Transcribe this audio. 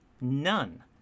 None